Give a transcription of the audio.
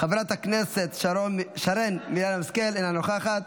חברת הכנסת שרן מרים השכל, אינה נוכחת.